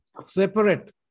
separate